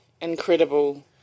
incredible